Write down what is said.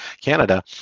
Canada